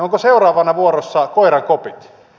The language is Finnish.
ovatko seuraavana vuorossa koirankopit